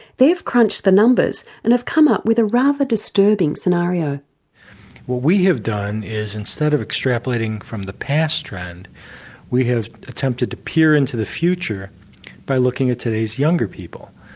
they've crunched the numbers and have come up with a rather disturbing scenario. what we have done is instead of extrapolating from the past trend we have attempted to peer into the future by looking at today's younger people.